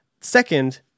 Second